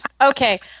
Okay